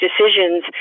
decisions